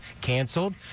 canceled